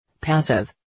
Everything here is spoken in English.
Passive